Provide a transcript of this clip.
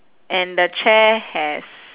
and the chair has